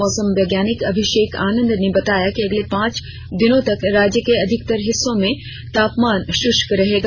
मौसम वैज्ञानिक अभिषेक आनंद ने बताया कि अगले पांच दिनों तक राज्य के अधिकतर हिस्सों का तापमान श्रृष्क रहेगा